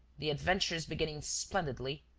the adventure is beginning splendidly.